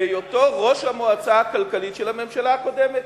בהיותו ראש המועצה הכלכלית של הממשלה הקודמת,